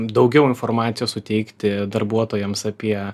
daugiau informacijos suteikti darbuotojams apie